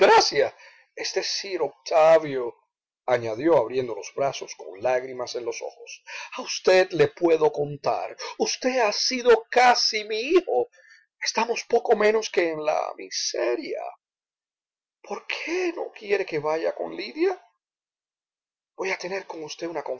es decir octavio añadió abriendo los brazos con lágrimas en los ojos a usted le puedo contar usted ha sido casi mi hijo estamos poco menos que en la miseria por qué no quiere que vaya con lidia voy a tener con usted una